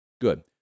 Good